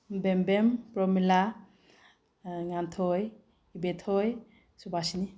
ꯕꯦꯝꯕꯦꯝ ꯄ꯭ꯔꯣꯃꯤꯂꯥ ꯉꯥꯟꯊꯣꯏ ꯏꯕꯦꯊꯣꯏ ꯁꯨꯕꯥꯁꯤꯅꯤ